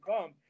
come